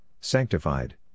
sanctified